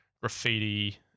graffiti